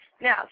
Now